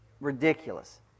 Ridiculous